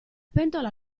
pentola